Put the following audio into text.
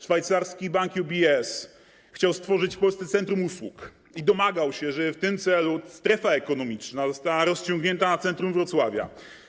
Szwajcarski bank UBS chciał stworzyć w Polsce centrum usług i domagał się, żeby w tym celu strefa ekonomiczna została rozciągnięta na centrum Wrocławia.